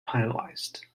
finalised